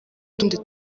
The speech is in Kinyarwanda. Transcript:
utundi